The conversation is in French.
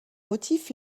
motif